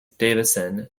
davison